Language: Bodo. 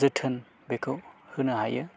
जोथोन बेखौ होनो हायो